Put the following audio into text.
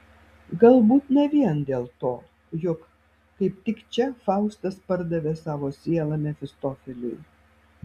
galbūt ne vien dėl to jog kaip tik čia faustas pardavė savo sielą mefistofeliui